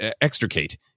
extricate